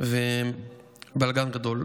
בלגן גדול.